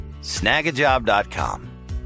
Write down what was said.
snagajob.com